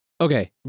okay